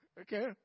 okay